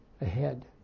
ahead